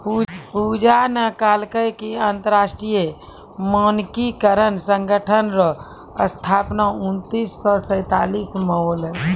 पूजा न कहलकै कि अन्तर्राष्ट्रीय मानकीकरण संगठन रो स्थापना उन्नीस सौ सैंतालीस म होलै